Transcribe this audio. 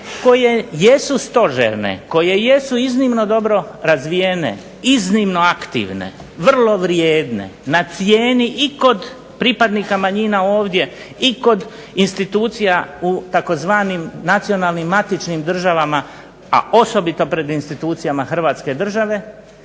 koje jesu stožerne, koje jesu iznimno dobro razvijene, iznimno aktivne, vrlo vrijedne, na cijeni i kod pripadnika manjina ovdje i kod institucija u tzv. nacionalnim matičnim državama, a osobito pred institucijama Hrvatske države